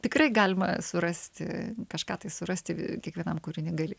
tikrai galima surasti kažką tai surasti kiekvienam kuriny gali